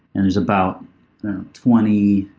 and there's about twenty,